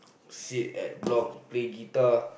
sit at block play guitar